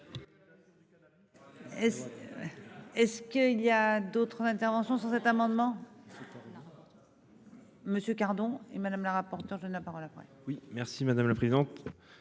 Est-ce qu'il y a d'autres interventions sur cet amendement. Monsieur cardons et madame la rapporteure parole après. Oui merci madame la présidente.